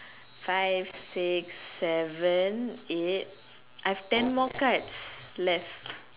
five six seven eight I have ten more cards left